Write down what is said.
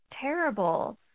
terrible